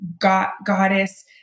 goddess